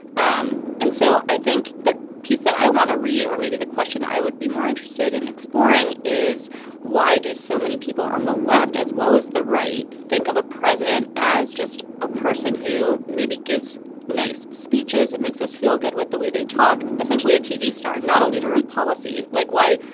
um and so i think the piece that i want to read or maybe the question i would be more interested in exploring is why do so many people on the left as well as the right think of a president as just a person who maybe gives nice speeches it makes us feel good with the way they talk essentially a tv star not a leader in policy. like why.